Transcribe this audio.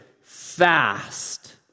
fast